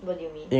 what do you mean